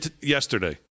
yesterday